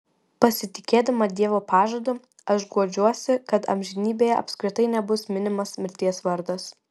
pasitikėdama dievo pažadu aš guodžiuosi kad amžinybėje apskritai nebus minimas mirties vardas